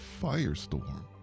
firestorm